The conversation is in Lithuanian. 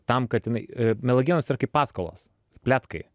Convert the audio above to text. tam kad jinai melagienos ar kaip paskalos pletkai